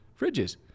fridges